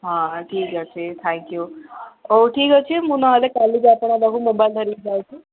ହଁ ହଁ ଠିକ୍ ଅଛି ଥାଙ୍କ୍ୟୁ ହଉ ଠିକ୍ ଅଛି ମୁଁ ନହେଲେ କାଲିକି ଆପଣଙ୍କ ପାଖକୁ ମୋବାଇଲ୍ ଧରିକି ଯାଉଛି